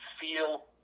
feel